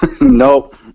Nope